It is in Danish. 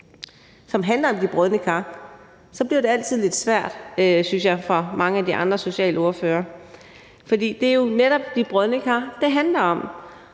som handler om de brodne kar, bliver det, synes jeg, altid lidt svært for mange af de andre socialordførere. For det er netop de brodne kar, det handler om,